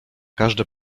każde